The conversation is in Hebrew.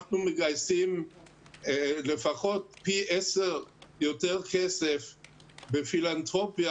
אנחנו מגייסים לפחות פי עשר יותר כסף בפילנתרופיה,